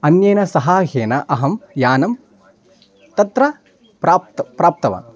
अन्येन सहायेन अहं यानं तत्र प्राप्तवान् प्राप्तवान्